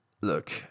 look